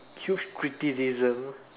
huge criticism